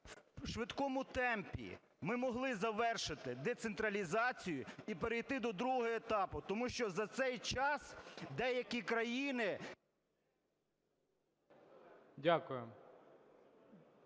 у швидкому темпі ми могли завершити децентралізацію і перейти до другого етапу, тому що за цей час деякі країни…